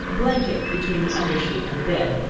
a blanket between the under sheet and the bed,